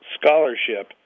scholarship